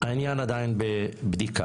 העניין עדיין בבדיקה.